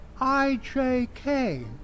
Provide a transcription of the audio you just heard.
IJK